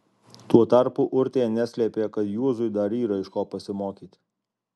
tuo tarpu urtė neslėpė kad juozui dar yra iš ko pasimokyti